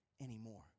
anymore